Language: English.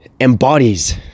embodies